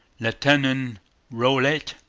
lieutenant rolette,